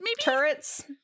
turrets